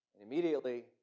Immediately